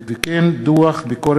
מיכל